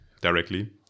directly